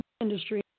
industry